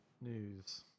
news